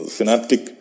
Synaptic